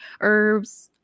herbs